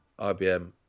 IBM